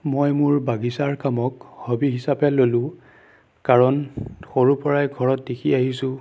মই মোৰ বাগিচাৰ কামক হবি হিচাপে ল'লো কাৰণ সৰুৰে পৰাই ঘৰত দেখি আহিছোঁ